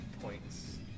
points